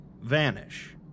vanish